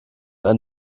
ein